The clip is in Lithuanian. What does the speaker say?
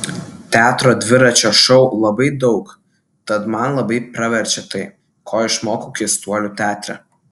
teatro dviračio šou labai daug tad man labai praverčia tai ko išmokau keistuolių teatre